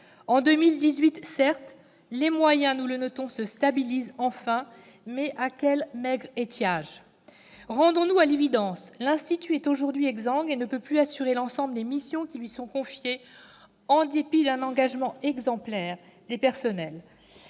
En 2018, certes, les moyens se stabilisent enfin, mais à quel maigre étiage ! Rendons-nous à l'évidence : l'Institut est aujourd'hui exsangue et ne peut plus assurer l'ensemble des missions qui lui sont confiées, en dépit de l'engagement exemplaire de ses personnels.